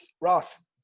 Ross